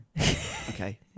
Okay